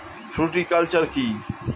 Fruticulture কী?